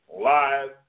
live